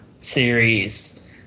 series